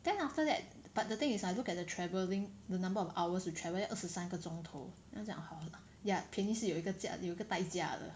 then after that but the thing is I look at the travelling the number of hours to travel then 二十三个钟头 then 我就想 ya 便宜是有一个价有一个代价的